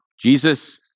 Jesus